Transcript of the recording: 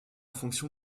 fonction